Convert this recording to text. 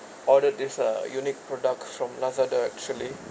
ordered this uh unique products from Lazada actually